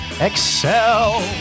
excel